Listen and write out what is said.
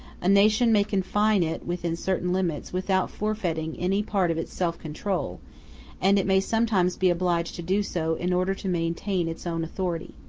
a nation may confine it within certain limits without forfeiting any part of its self-control and it may sometimes be obliged to do so in order to maintain its own authority.